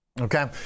Okay